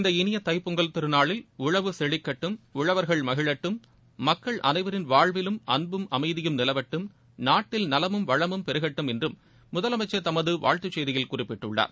இந்த இனிய தைப் பொங்கல் திருநாளில் உழவு செழிக்கட்டும் உழவா்கள் மகிழட்டும் மக்கள் அனைவரின் வாழ்விலும் அன்பும் அமைதியும் நிலவட்டும் நாட்டில் நலமும் வளமும் பெருகட்டும் என்றும் முதலமைச்சள் தமது வாழ்த்துச் செய்தியில் குறிப்பிட்டுள்ளார்